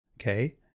Okay